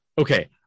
Okay